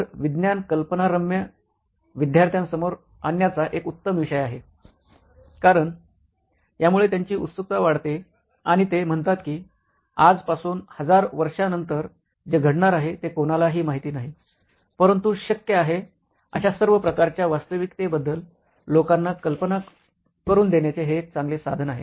तर विज्ञान कल्पनारम्य विद्यार्थ्यांसमोर आणण्याचा एक उत्तम विषय आहे कारण यामुळे त्यांची उत्सुकता वाढते आणि ते म्हणतात की आजपासून 1000 वर्षांनंतर जे घडणार आहे ते कोणालाही माहिती नाही परंतु शक्य आहे अशा सर्व प्रकारच्या वास्तविकतेबद्दल लोकांना कल्पना करून देण्याचे हे एक चांगले साधन आहे